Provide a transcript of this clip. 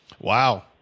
wow